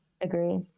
Agree